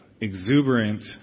exuberant